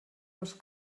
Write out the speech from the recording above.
los